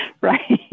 right